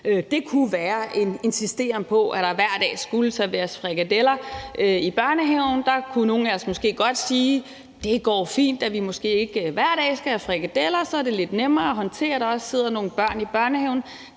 Det kunne være en insisteren på, at der hver dag skulle serveres frikadeller i børnehaven. Der kunne nogle af os måske godt sige: Det går fint, at vi måske ikke hver dag skal have frikadeller; så er det lidt nemmere at håndtere, at der også sidder nogle børn i børnehaven,